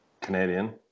Canadian